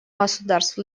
государств